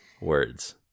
words